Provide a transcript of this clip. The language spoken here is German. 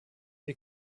wir